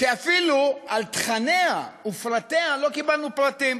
שאפילו על תכניה ופרטיה לא קיבלנו פרטים.